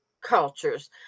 cultures